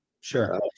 sure